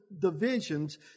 divisions